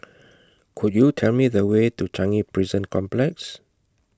Could YOU Tell Me The Way to Changi Prison Complex